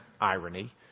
irony